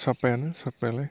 साफायानो साफायालाय